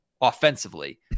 offensively